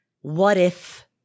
what-if